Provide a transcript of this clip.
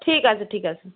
ঠিক আছে ঠিক আছে